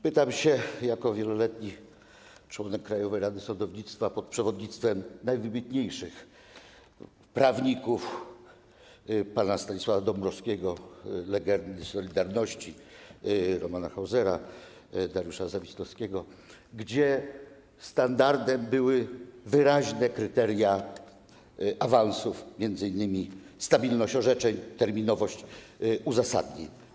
Pytam jako wieloletni członek Krajowej Rady Sądownictwa pod przewodnictwem najwybitniejszych prawników: pana Stanisława Dąbrowskiego, legendy ˝Solidarności˝, Romana Hausera, Dariusza Zawistowskiego, gdy standardem były wyraźne kryteria awansów, m.in. stabilność orzeczeń, terminowość uzasadnień.